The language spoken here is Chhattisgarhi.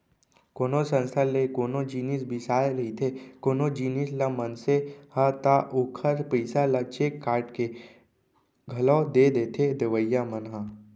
कोनो संस्था ले कोनो जिनिस बिसाए रहिथे कोनो जिनिस ल मनसे ह ता ओखर पइसा ल चेक काटके के घलौ दे देथे देवइया मन ह